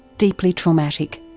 deeply traumatic.